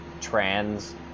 trans